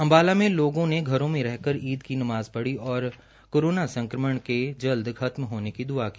अम्बाला में लोगों ने घरों में रहकर ईद की नमाज पढ़ी और कोरोना संक्रमण के जल्द खतम होने की द्आ की